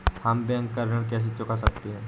हम बैंक का ऋण कैसे चुका सकते हैं?